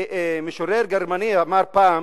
משורר גרמני אמר פעם: